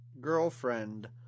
girlfriend